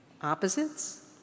opposites